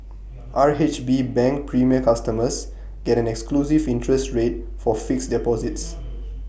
R H B bank premier customers get an exclusive interest rate for fixed deposits